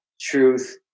truth